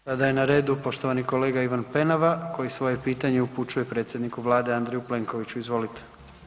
Sada je na redu poštovani kolega Ivan Penava koji svoje pitanje upućuje predsjedniku vlade Andreju Plenkoviću, izvolite.